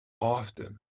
often